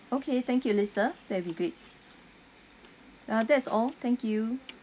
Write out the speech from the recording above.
okay thank you lisa that'll be great uh that's all thank you